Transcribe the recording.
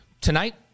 Tonight